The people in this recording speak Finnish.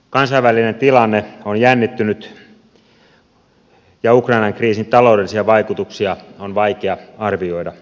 kansainvälinen tilanne on jännittynyt ja ukrainan kriisin taloudellisia vaikutuksia on vaikea arvioida